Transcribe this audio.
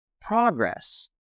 progress